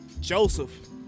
Joseph